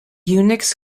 unix